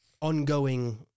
Ongoing